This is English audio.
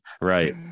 Right